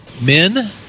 men